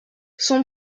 son